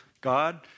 God